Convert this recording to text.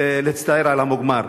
להצטער על המוגמר.